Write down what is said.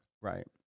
Right